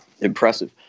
impressive